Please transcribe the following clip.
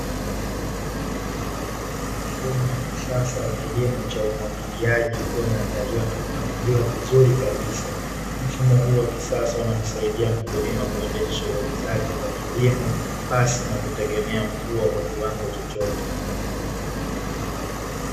Mfumo wa kisasa wa kilimo cha umwagiliaji ikiwa imeandaliwa na kupangiliwa vizuri kabisa mfumo huo wa kisasa humsaidia mkulima kuendesha shughuli zake za kilimo pasi na kutegemea mvua kwa kiwango chochote.